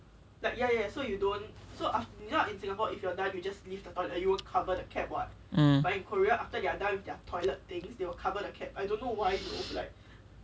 um